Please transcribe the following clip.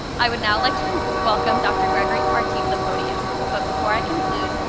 i would now like to and welcome dr. gregory cartee to the podium. but before i conclude,